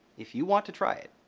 if you want to try it.